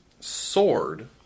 sword